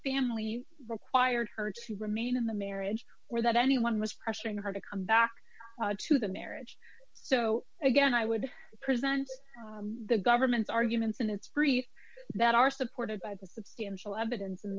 family required her to remain in the marriage or that anyone was pressuring her to come back to the marriage so again i would present the government's arguments in its brief that are supported by the substantial evidence in